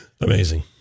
Amazing